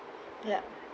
ya